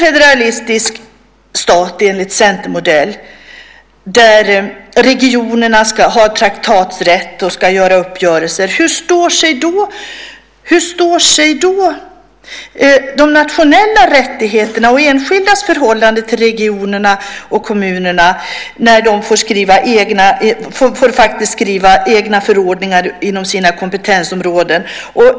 Hur står sig de nationella rättigheterna och de enskildas förhållande till regionerna och kommunerna i en federalistisk stat av centermodell, där regionerna ska ha traktatsrätt, träffa uppgörelser och skriva egna förordningar inom sina kompetensområden?